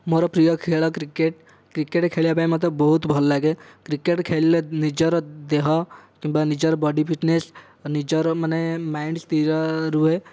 ମୋର ପ୍ରିୟ ଖେଳ କ୍ରିକେଟ କ୍ରିକେଟ ଖେଳିବା ପାଇଁ ମୋତେ ବହୁତ ଭଲ ଲାଗେ କ୍ରିକେଟ ଖେଳିଲେ ନିଜର ଦେହ କିମ୍ବା ନିଜର ବଡି ଫିଟନେସ୍ ନିଜର ମାନେ ମାଇଣ୍ଡ ସ୍ଥିର ରୁହେ